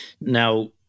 now